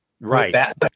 right